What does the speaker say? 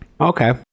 Okay